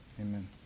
Amen